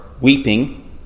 weeping